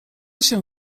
się